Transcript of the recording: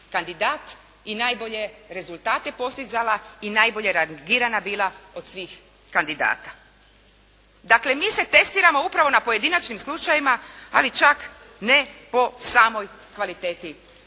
kandidat i najbolje rezultate postizala i najbolje rangirana bila od svih kandidata. Dakle, mi se testiramo upravo na pojedinačnim slučajevima, ali čak ne po samoj kvaliteti zakona,